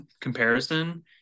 comparison